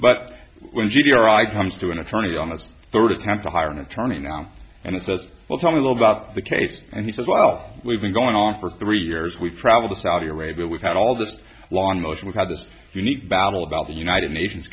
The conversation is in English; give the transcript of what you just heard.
but when g d r i comes to an attorney on this third attempt to hire an attorney now and says well tell me all about the case and he says well we've been going on for three years we've traveled to saudi arabia we've had all this long motion we have this unique battle about the united nations